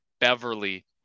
Beverly